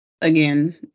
again